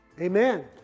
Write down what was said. Amen